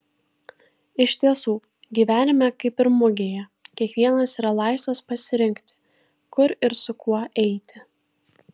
iš tiesų gyvenime kaip ir mugėje kiekvienas yra laisvas pasirinkti kur ir su kuo eiti